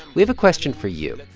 we have a question for you.